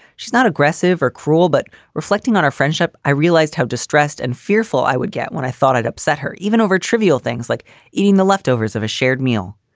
she's not aggressive or cruel, but reflecting on our friendship, i realized how distressed and fearful i would get when i thought i'd upset her, even over trivial things like eating the leftovers of a shared meal.